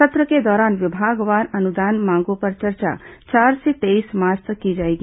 सत्र के दौरान विभागवार अनुदान मांगों पर चर्चा चार से तेईस मार्च तक की जाएगी